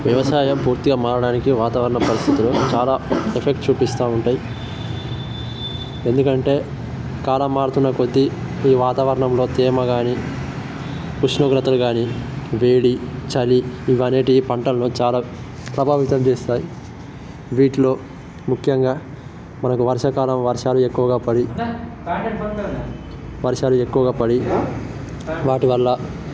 వ్యవసాయం పూర్తిగా మారడానికి వాతావరణ పరిస్థితులు చాలా ఎఫెక్ట్ చూపిస్తూ ఉంటాయి ఎందుకంటే కాలం మారుతున్న కొద్ది ఈ వాతావరణంలో తేమ కాని ఉష్ణోగ్రతలు కాని వేడి చలి ఇవన్నీటికి పంటలను చాలా ప్రభావితం చేస్తాయి వీటిలో ముఖ్యంగా మనకు వర్షాకాలం వర్షాలు ఎక్కువగా పడి వర్షాలు ఎక్కువగా పడి వాటి వల్ల